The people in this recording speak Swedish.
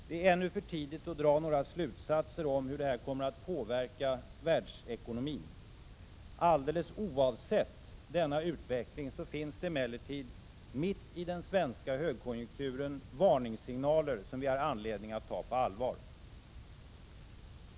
Det är ännu för tidigt att dra några slutsatser om hur detta kommer att påverka världsekonomin. Alldeles oavsett denna utveckling finns det emellertid, mitt i den svenska högkonjunkturen, varningssignaler som vi har anledning att ta på allvar.